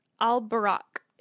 al-barak